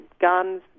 guns